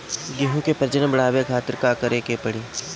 गेहूं के प्रजनन बढ़ावे खातिर का करे के पड़ी?